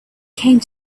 came